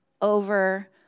over